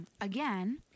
again